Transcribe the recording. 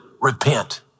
Repent